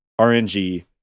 RNG